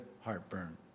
heartburn